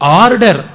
order